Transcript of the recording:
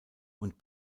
und